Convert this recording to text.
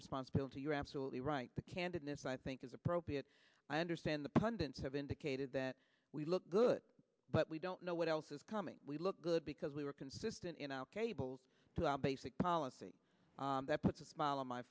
responsibility you're absolutely right the candidness i think is appropriate i understand the pundits have indicated that we look good but we don't know what else is coming we look good because we are consistent in our cables to our basic policy that puts a smile on my